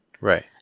Right